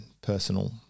personal